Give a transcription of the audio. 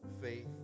faith